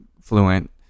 fluent